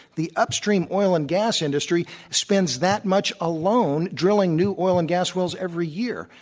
the upstream oil and gas industry spends that much alone drilling new oil and gas wells every year.